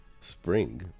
spring